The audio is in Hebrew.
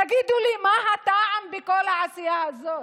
תגידו לי, מה הטעם בכל העשייה הזאת?